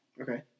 Okay